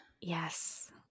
Yes